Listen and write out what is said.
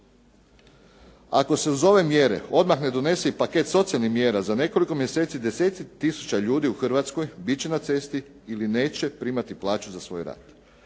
Ako se uz ove mjere odmah ne donese i paket socijalnih mjera, za nekoliko mjeseci deseci tisuća ljudi u Hrvatskoj biti će na cesti ili neće primati plaću za svoj rad.